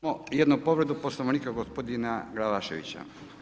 Imamo jednu povredu Poslovnika gospodina Glavaševića.